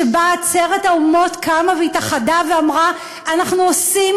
שבה עצרת האומות קמה והתאחדה ואמרה: אנחנו עושים